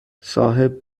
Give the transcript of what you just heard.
صاحب